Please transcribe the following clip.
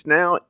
now